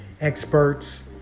experts